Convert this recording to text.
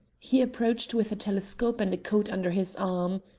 he approached with a telescope and a code under his arm.